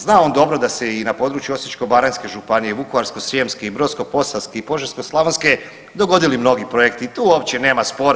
Zna on dobro da se i na području Osječko-baranjske županije, Vukovarsko-srijemske i Brodsko-posavske i Požeško-slavonske dogodili mnogi projekti i tu uopće nema spora.